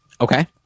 Okay